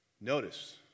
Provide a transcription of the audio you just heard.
Notice